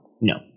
No